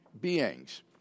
beings